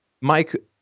Mike